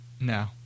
No